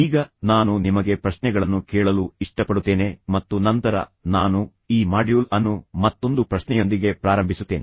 ಈಗ ನಾನು ನಿಮಗೆ ಪ್ರಶ್ನೆಗಳನ್ನು ಕೇಳಲು ಇಷ್ಟಪಡುತ್ತೇನೆ ಮತ್ತು ನಂತರ ನಾನು ಈ ಮಾಡ್ಯೂಲ್ ಅನ್ನು ಮತ್ತೊಂದು ಪ್ರಶ್ನೆಯೊಂದಿಗೆ ಪ್ರಾರಂಭಿಸುತ್ತೇನೆ